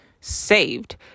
saved